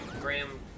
Graham